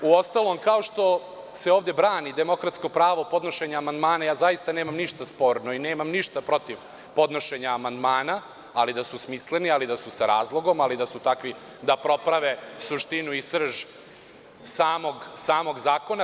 Uostalom, kao što se ovde brani demokratsko pravo podnošenja amandmana, ja zaista nemam ništa sporno i nemam ništa protiv podnošenja amandmana, ali da su smisleni, sa razlogom i da budu takvi da poprave suštinu i srž samog zakona.